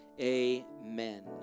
amen